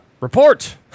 Report